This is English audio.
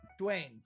Dwayne